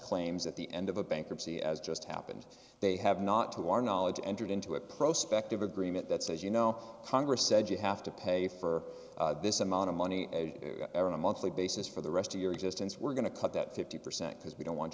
claims at the end of a bankruptcy as just happened they have not to our knowledge entered into a prospect of agreement that says you know congress said you have to pay for this amount of money on a monthly basis for the rest of your existence we're going to cut that fifty percent because we don't want